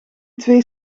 twee